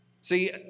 See